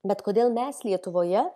bet kodėl mes lietuvoje